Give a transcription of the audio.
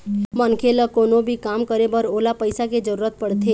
मनखे ल कोनो भी काम करे बर ओला पइसा के जरुरत पड़थे